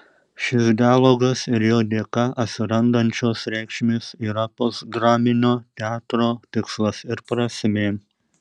šis dialogas ir jo dėka atsirandančios reikšmės yra postdraminio teatro tikslas ir prasmė